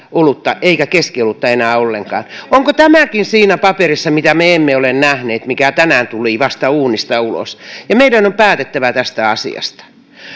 olutta eikä keskiolutta enää ollenkaan onko tämäkin siinä paperissa mitä me emme ole nähneet mikä tänään tuli vasta uunista ulos ja meidän on päätettävä tästä asiasta